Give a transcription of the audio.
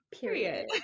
Period